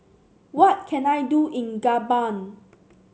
what can I do in Gabon